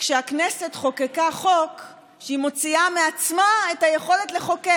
כשהכנסת חוקקה חוק שהיא מוציאה מעצמה את היכולת לחוקק